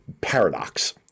paradox